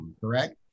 correct